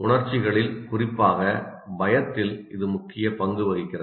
உணர்ச்சிகளில் குறிப்பாக பயத்தில் இது முக்கிய பங்கு வகிக்கிறது